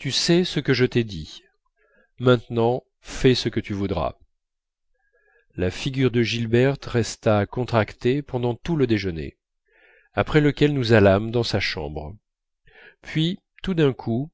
tu sais ce que je t'ai dit maintenant fais ce que tu voudras la figure de gilberte resta contractée pendant tout le déjeuner après lequel nous allâmes dans sa chambre puis tout d'un coup